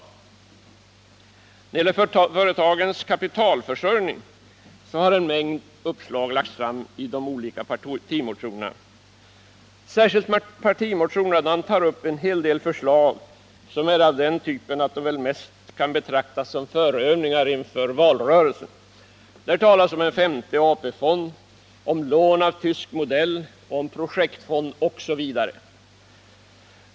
När det gäller företagens kapitalförsörjning har en mängd uppslag lagts fram i de olika motionerna. Särskilt i partimotionerna tar man upp en hel del förslag, som är av den typen att de väl mest är att betrakta som förövningar inför valrörelsen. Där talas om en femte AP-fond, om lån av tysk modell, om projektfond osv.